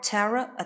Terror